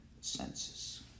senses